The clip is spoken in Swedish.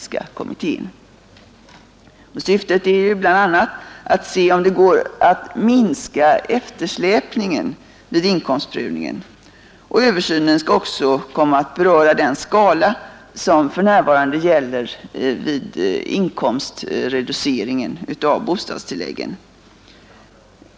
Syftet härmed är ju bl.a. att se om det är möjligt att minska eftersläpningen vid inkomstprövningen, och översynen skall också komma att beröra den skala som för närvarande gäller vid inkomstreduceringen av bostadstilläggen.